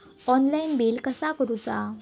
Online bill कसा करुचा?